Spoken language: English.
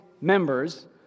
members